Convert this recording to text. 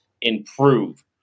improve